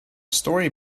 story